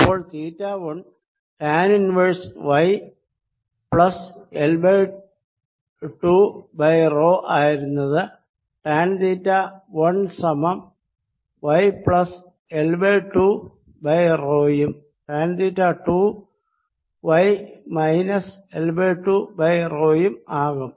അപ്പോൾ theta 1 tan inverse y plus L by 2 by rho ആയിരുന്നത് tan theta 1 സമം y plus L by two by rho യും tan theta 2 y minus L by two by rho യും ആകും